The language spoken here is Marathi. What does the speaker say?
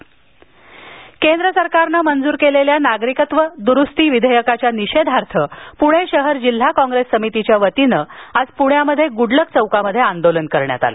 आंदोलन केंद्र सरकारने मंजूर केलेल्या नागरिकत्व दुरुस्ती विधेयकाच्या निषेधार्थ पूणे शहर जिल्हा काँग्रेस समितीच्या वतीने आज प्रण्यात गुडलक चौकात आंदोलन करण्यात आलं